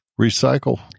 Recycle